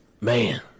Man